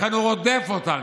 לכן הוא רודף אותנו.